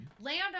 land